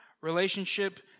relationship